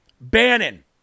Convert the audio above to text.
Bannon